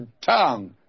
tongue